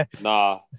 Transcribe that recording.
nah